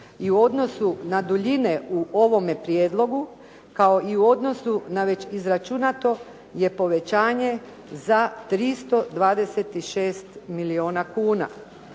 i u odnosu na duljine u ovome prijedlogu kao i u odnosu na već izračunato je povećanje za 326 milijuna kuna.